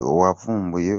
wavumbuye